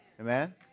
Amen